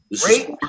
Great